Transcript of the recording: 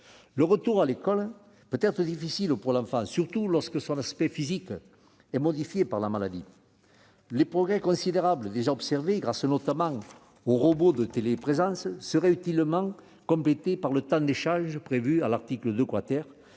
Le retour à l'école peut être difficile pour l'enfant, surtout lorsque son aspect physique est modifié par la maladie. Les progrès considérables déjà observés, grâce notamment aux robots de téléprésence, seraient utilement complétés par le temps d'échange prévu à l'article 2, mené